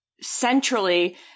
centrally